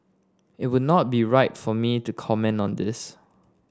it would not be right for me to comment on this